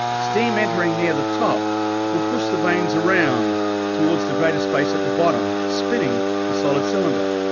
steam entering near the top would push the vanes around towards the greater space at the bottom, spinning the solid cylinder.